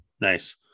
Nice